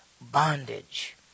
bondage